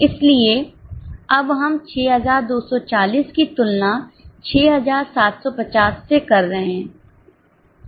इसलिए अब हम 6240 की तुलना 6750 से कर रहे हैं